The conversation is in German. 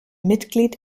mitglied